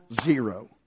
zero